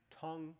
tongue